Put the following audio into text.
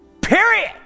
PERIOD